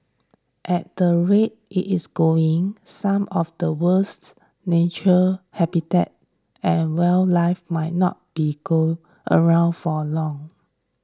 at the rate it is going some of the world's nature habitat and wildlife might not be go around for long